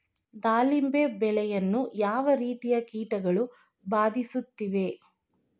ದಾಳಿಂಬೆ ಬೆಳೆಯನ್ನು ಯಾವ ರೀತಿಯ ಕೀಟಗಳು ಬಾಧಿಸುತ್ತಿವೆ?